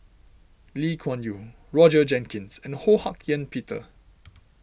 Lee Kuan Yew Roger Jenkins and Ho Hak Ean Peter